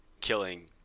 killing